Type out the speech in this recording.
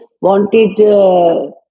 wanted